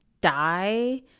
die